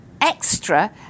extra